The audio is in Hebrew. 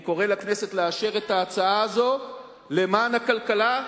אני קורא לכנסת לאשר את ההצעה הזו למען הכלכלה,